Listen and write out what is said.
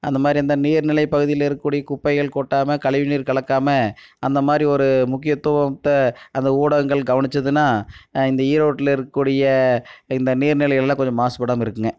அந்தமாதிரி அந்த நீர்நிலைப் பகுதியில இருக்கக்கூடிய குப்பைகள் கொட்டாமல் கழிவுநீர் கலக்காமல் அந்தமாதிரி ஒரு முக்கியத்துவத்தை அந்த ஊடகங்கள் கவனிச்சிதுன்னால் இந்த ஈரோடில் இருக்கக்கூடிய இந்த நீர் நிலைகள்லாம் கொஞ்சம் மாசுபடாமல் இருக்குங்க